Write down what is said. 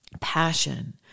passion